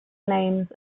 names